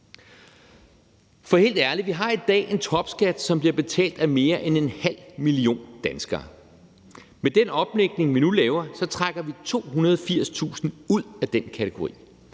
For helt ærligt, vi har i dag en topskat, som bliver betalt af mere end en halv million danskere. Med den omlægning, vi nu laver, trækker vi 280.000 ud af den kategori.